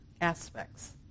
aspects